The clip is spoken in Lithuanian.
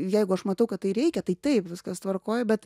jeigu aš matau kad tai reikia tai taip viskas tvarkoj bet